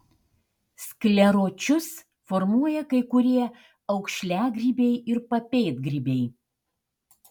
skleročius formuoja kai kurie aukšliagrybiai ir papėdgrybiai